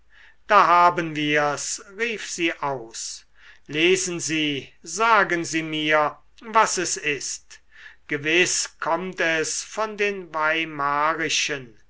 da haben wir's rief sie aus lesen sie sagen sie mir was es ist gewiß kommt es von den weimarischen